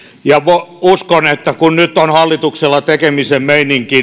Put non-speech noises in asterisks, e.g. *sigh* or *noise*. uskon että kun nyt on hallituksella tekemisen meininki *unintelligible*